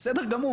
בסדר גמור,